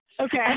Okay